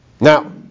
Now